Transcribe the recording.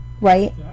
right